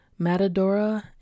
Matadora